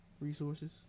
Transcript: resources